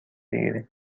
بگیرین